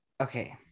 Okay